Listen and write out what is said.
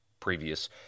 previous